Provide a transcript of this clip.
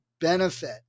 benefit